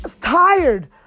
tired